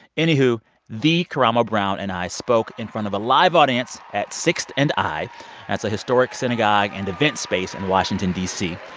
anywho, the karamo brown and i spoke in front of a live audience at sixth and i that's a historic synagogue and event space in washington, d c.